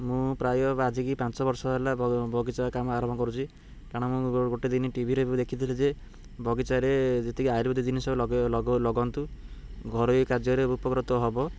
ମୁଁ ପ୍ରାୟ ଆଜିକି ପାଞ୍ଚ ବର୍ଷ ହେଲା ବଗିଚା କାମ ଆରମ୍ଭ କରୁଛି କାରଣ ମୁଁ ଗୋଟେ ଦିନ ଟିଭିରେ ବି ଦେଖିଥିଲି ଯେ ବଗିଚାରେ ଯେତିକି ଆୟୁର୍ବେଦିକ ଜିନିଷ ଲଗନ୍ତୁ ଘରୋଇ କାର୍ଯ୍ୟରେ ଉପକୃତ ହବ